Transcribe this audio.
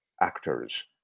actor's